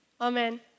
amen